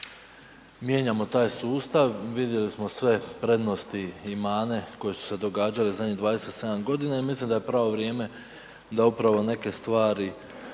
mijenjamo taj sustav, vidjeli smo sve prednosti i mane koje su se događale zadnjih 27 g. i mislim da je pravo vrijeme da upravo neke stvari